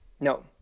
No